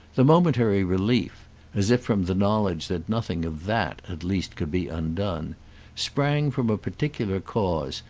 the momentary relief as if from the knowledge that nothing of that at least could be undone sprang from a particular cause,